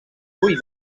ull